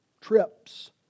trips